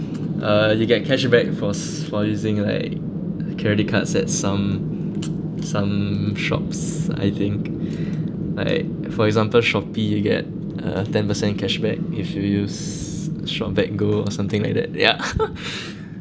uh you get cashback for for using like credit cards at some some shops I think like for example shopee you get uh ten percent cashback if you use shopback go or something like that ya